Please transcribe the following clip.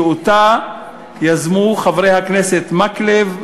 שאותה יזמו חברי הכנסת מקלב,